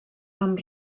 amb